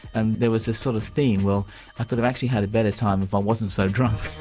and there was this sort of theme, well i could have actually had a better time if i wasn't so drunk.